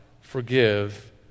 forgive